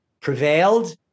prevailed